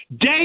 Day